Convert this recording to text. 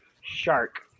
shark